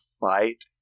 fight